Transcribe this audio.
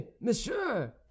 monsieur